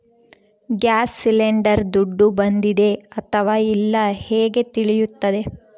Gas cylinder ದುಡ್ಡು ಬಂದಿದೆ ಅಥವಾ ಇಲ್ಲ ಹೇಗೆ ತಿಳಿಯುತ್ತದೆ?